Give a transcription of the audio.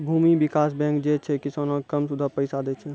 भूमि विकास बैंक जे छै, किसानो के कम सूदो पे पैसा दै छे